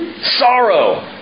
Sorrow